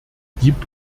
gibt